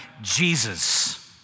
Jesus